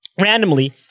randomly